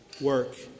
work